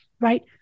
right